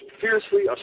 fiercely